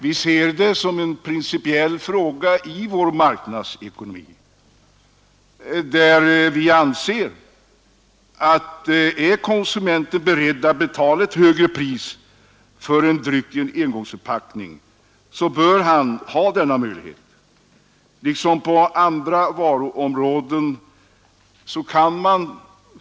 Vi ser det som en principiell fråga i vår marknadsekonomi, där vi anser att konsumenterna, om de är beredda att betala ett högre pris för en dryck i en engångsförpackning, också bör ha möjlighet att köpa drycken i denna form.